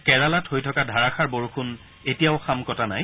কেৰালাত হৈ থকা ধাৰাষাৰ বৰষুণ এতিয়াও শাম কটা নাই